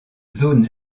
zone